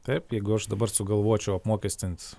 taip jeigu aš dabar sugalvočiau apmokestint